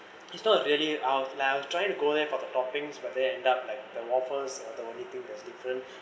it's not really out of I was trying to go there for the toppings but then end up like the waffles there's only two there's different